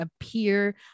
appear